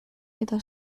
eta